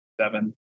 seven